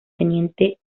teniente